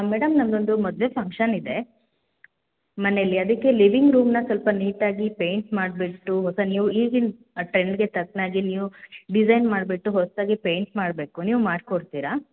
madam ನಮ್ಮದೊಂದು ಮದುವೆ function ಇದೆ ಮನೆಯಲ್ಲಿ ಅದಕ್ಕೆ ಲೀವಿಂಗ್ ರೂಮನ್ನು ಸ್ವಲ್ಪ ನೀಟಾಗಿ ಪೇಂಟ್ ಮಾಡಿಬಿಟ್ಟು ಹೊಸ ನೀವು ಈಗಿನ ಟ್ರೆಂಡಿಗೆ ತಕ್ಕನಾಗಿ ನೀವು ಡಿಸೈನ್ ಮಾಡಿಬಿಟ್ಟು ಹೊಸದಾಗಿ ಪೇಂಟ್ ಮಾಡಬೇಕು ನೀವು ಮಾಡಿಕೊಡ್ತೀರಾ